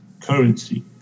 currency